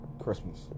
christmas